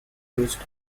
used